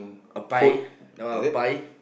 a pie you know a pie